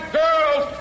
girls